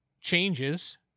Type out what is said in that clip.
changes